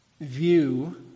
view